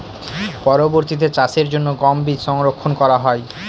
পরবর্তিতে চাষের জন্য গম বীজ সংরক্ষন করা হয়?